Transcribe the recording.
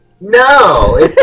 no